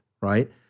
right